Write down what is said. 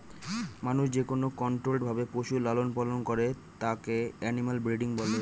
মানুষ যেকোনো কন্ট্রোল্ড ভাবে পশুর লালন পালন করে তাকে এনিম্যাল ব্রিডিং বলে